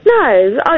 no